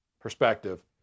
perspective